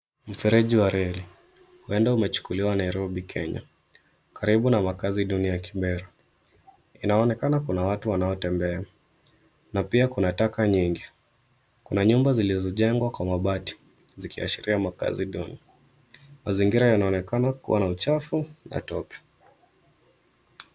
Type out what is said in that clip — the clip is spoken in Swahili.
Mfereji wa reli huenda umechukuliwa Nairobi Kenya karibu na makaazi duni ya Kibera. Inaonekana kuna watu wanaotembea na pia kuna taka nyingi. Kuna nyumba zilizojengwa kwa mabati zikiashiria makaazi duni. Mazingira yanaonekana kuwa na uchafu na tope.